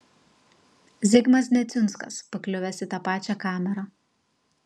zigmas neciunskas pakliuvęs į tą pačią kamerą